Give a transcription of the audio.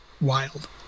Wild